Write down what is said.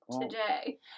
today